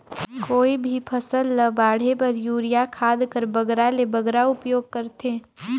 कोई भी फसल ल बाढ़े बर युरिया खाद कर बगरा से बगरा उपयोग कर थें?